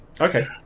okay